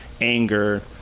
anger